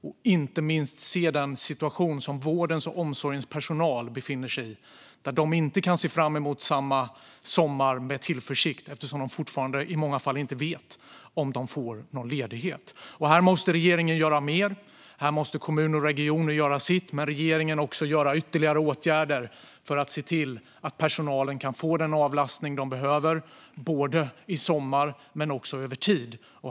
Inte minst måste vi se den situation som vårdens och omsorgens personal befinner sig i, där de inte kan se fram emot sommaren med samma tillförsikt. De vet ju fortfarande inte i många fall om de får någon ledighet. Här måste regeringen göra mer. Här måste kommuner och regioner göra sitt, men regeringen måste vidta ytterligare åtgärder för att se till att personalen kan få den avlastning de behöver både i sommar och över tid.